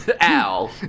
Al